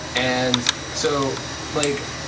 and so like